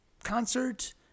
concert